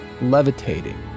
Levitating